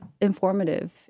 informative